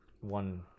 One